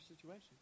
situation